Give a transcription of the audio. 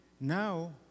Now